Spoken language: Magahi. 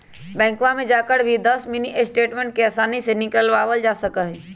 बैंकवा में जाकर भी दस मिनी स्टेटमेंट के आसानी से निकलवावल जा सका हई